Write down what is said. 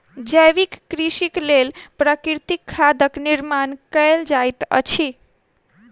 जैविक कृषिक लेल प्राकृतिक खादक निर्माण कयल जाइत अछि